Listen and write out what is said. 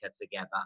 together